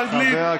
באנגלית,